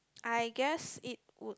I guess it would